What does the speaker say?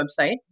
website